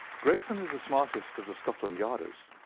gregson is the smartest of the scotland yarders,